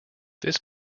this